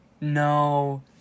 No